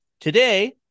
Today